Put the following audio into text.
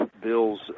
bills